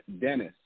Dennis